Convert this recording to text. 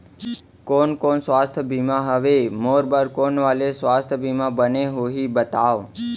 कोन कोन स्वास्थ्य बीमा हवे, मोर बर कोन वाले स्वास्थ बीमा बने होही बताव?